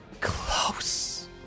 close